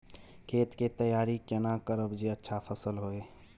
खेत के तैयारी केना करब जे अच्छा फसल होय?